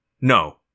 No